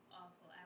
awful